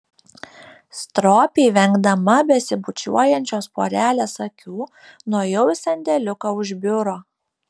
stropiai vengdama besibučiuojančios porelės akių nuėjau į sandėliuką už biuro